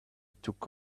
took